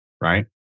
Right